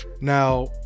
Now